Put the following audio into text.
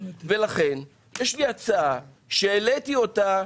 ולכן, יש לי הצעה שהעליתי אותה,